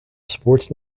sports